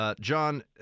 John